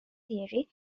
theory